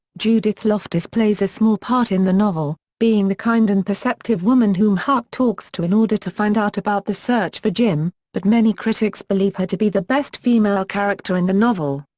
judith loftus plays a small part in the novel being the kind and perceptive woman whom huck talks to in order to find out about the search for jim but many critics believe her to be the best female ah character in the novel.